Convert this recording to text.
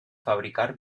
fabricar